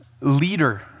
leader